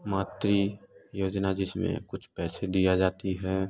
मात्री योजना जिसमें कुछ पैसे दिए जाते हैं